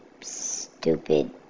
stupid